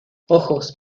ojos